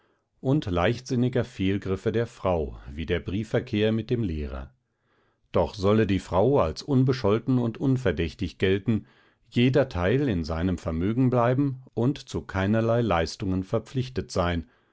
und leichtsinniger fehlgriffe der frau wie der briefverkehr mit dem lehrer doch solle die frau als unbescholten und unverdächtig gelten jeder teil in seinem vermögen bleiben und zu keinerlei leistungen verpflichtet sein